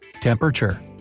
Temperature